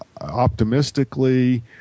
Optimistically